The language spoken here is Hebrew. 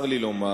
צר לי לומר,